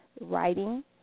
writing